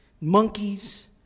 monkeys